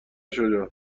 شجاع